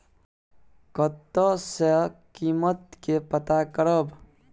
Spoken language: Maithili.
कतय सॅ कीमत के पता करब?